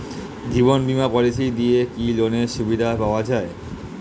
জীবন বীমা পলিসি দিয়ে কি লোনের সুবিধা পাওয়া যায়?